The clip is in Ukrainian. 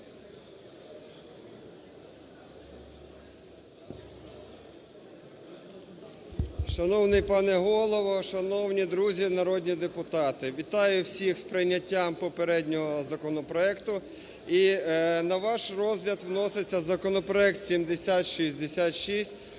Шановний пане Голово, шановні друзі народні депутати! Вітаю всіх з прийняттям попереднього законопроекту. І на ваш розгляд вноситься законопроект 7066